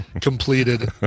completed